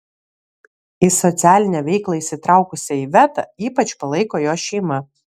į socialinę veiklą įsitraukusią ivetą ypač palaiko jos šeima